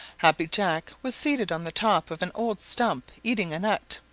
happy jack was seated on the top of an old stump, eating a nut.